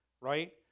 Right